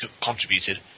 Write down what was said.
contributed